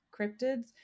cryptids